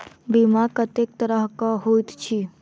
बीमा कत्तेक तरह कऽ होइत छी?